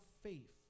faith